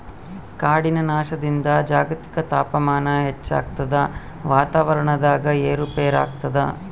ಕಾಡಿನ ನಾಶದಿಂದ ಜಾಗತಿಕ ತಾಪಮಾನ ಹೆಚ್ಚಾಗ್ತದ ವಾತಾವರಣದಾಗ ಏರು ಪೇರಾಗ್ತದ